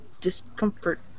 discomfort